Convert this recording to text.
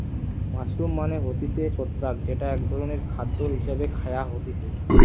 mushroom মানে হতিছে ছত্রাক যেটা এক ধরণের খাদ্য হিসেবে খায়া হতিছে